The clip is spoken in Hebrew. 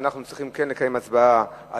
להצביע על